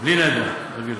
בלי נדר, אני אביא לך.